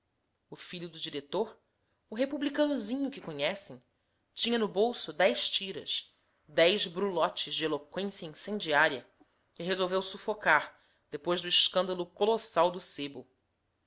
o filho do diretor o republicanozinho que conhecem tinha no bolso dez tiras dez brulotes de eloqüência incendiária que resolveu sufocar depois do escândalo colossal do sebo